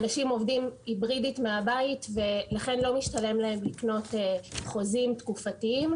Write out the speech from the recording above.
לאנשים שעובדים היברידית מהבית לא משתלם לקנות חוזים תקופתיים,